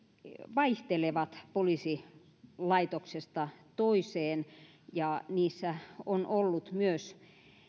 vaihtelevat poliisilaitoksesta toiseen ja niissä on ollut myös